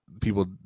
people